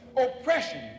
oppression